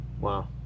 Wow